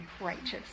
righteous